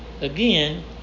again